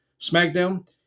Smackdown